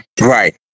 Right